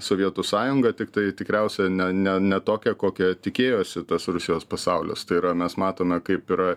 sovietų sąjungą tiktai tikriausiai ne ne ne tokią kokią tikėjosi tas rusijos pasaulis tai yra mes matome kaip yra